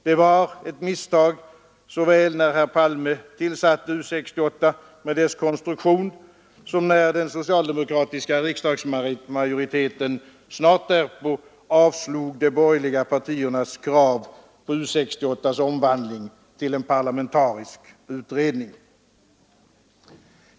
Det var ett misstag såväl när herr Palme tillsatte U 68 med dess konstruktion som när den socialdemokratiska riksdagsmajoriteten snart därpå avslog de borgerliga partiernas krav på U 68:s omvandling till en parlamentarisk utredning.